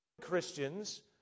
Christians